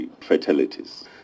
fatalities